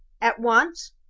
at once!